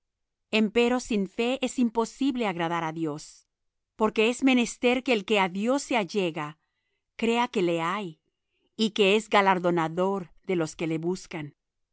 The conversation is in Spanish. dios empero sin fe es imposible agradar á dios porque es menester que el que á dios se allega crea que le hay y que es galardonador de los que le buscan